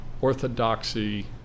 orthodoxy